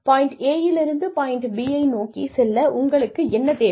point A யிலிருந்து point B யை நோக்கிச் செல்ல உங்களுக்கு என்ன தேவை